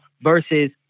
versus